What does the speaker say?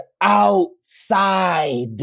outside